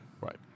Right